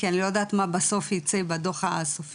כי אני לא יודעת מה בסוף ייצא בדוח הסופי,